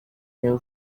new